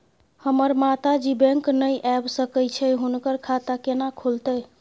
हमर माता जी बैंक नय ऐब सकै छै हुनकर खाता केना खूलतै?